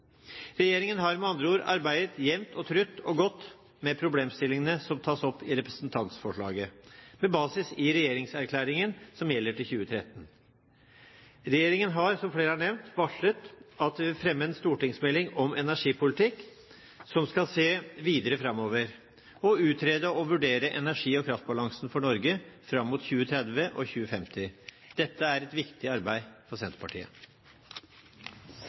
Regjeringen har med andre ord arbeidet jevnt, trutt og godt med problemstillingene som tas opp i representantforslaget, med basis i regjeringserklæringen, som gjelder til 2013. Regjeringen har, som flere har nevnt, varslet at den vil fremme en stortingsmelding om energipolitikk, der man skal se videre framover, og utrede og vurdere energi- og kraftbalansen for Norge fram mot 2030 og 2050. Dette er et viktig arbeid for Senterpartiet.